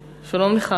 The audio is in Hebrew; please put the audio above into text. נמצאים, נמצאים.